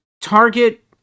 target